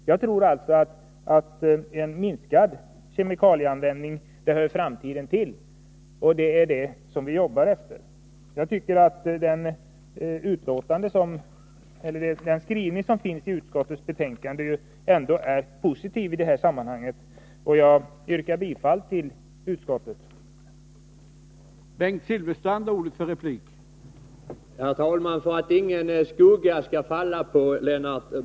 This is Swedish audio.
Jag tror att en minskad kemikalieanvändning hör framtiden till, och det är vad vi jobbar för. Jag anser att den skrivning som i detta sammanhang finns i utskottsbetänkandet är positiv, och jag yrkar bifall till utskottets hemställan.